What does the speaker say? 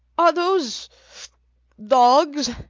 are those dogs?